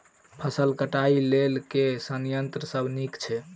फसल कटाई लेल केँ संयंत्र सब नीक छै?